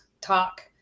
talk